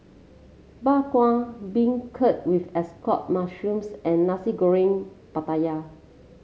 Bak Kwa beancurd with Assorted Mushrooms and Nasi Goreng Pattaya